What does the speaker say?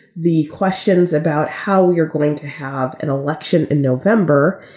the questions about how you're going to have an election in november.